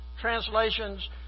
translations